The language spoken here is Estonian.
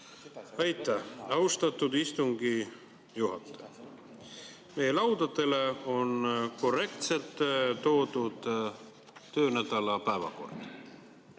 Aitäh, austatud istungi juhataja! Meie laudadele on korrektselt toodud töönädala päevakord.